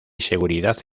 seguridad